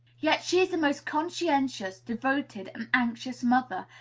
yet she is a most conscientious, devoted, and anxious mother,